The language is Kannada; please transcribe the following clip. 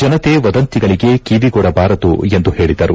ಜನತೆ ವದಂತಿಗಳಿಗೆ ಕಿವಿಗೊಡಬಾರದು ಎಂದು ಹೇಳಿದರು